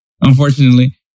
unfortunately